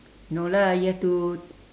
no lah you have to